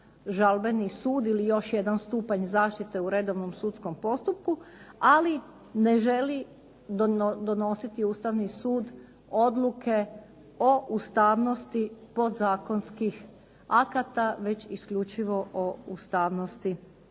žalbeni sud ili još stupanj zaštite u redovnom sudskom postupku, ali ne želi donositi Ustavni sud odluke o ustavnosti podzakonskih akata, već isključivo u ustavnosti